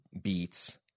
beats